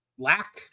lack